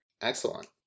Excellent